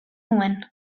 nuen